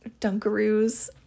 dunkaroos